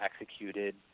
executed